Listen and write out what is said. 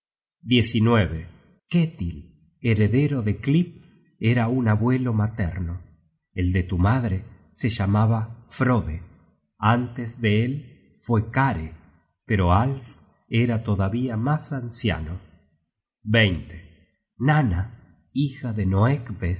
esto ketil heredero de klyp era un abuelo materno el de tu madre se llamaba frode antes de él fue kare pero alf era todavía mas anciano nanna hija de